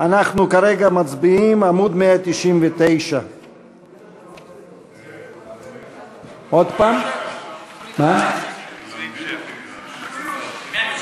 אנחנו כרגע מצביעים בעמוד 199. סעיף 06,